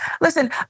Listen